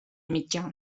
mitjà